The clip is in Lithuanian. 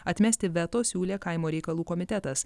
atmesti veto siūlė kaimo reikalų komitetas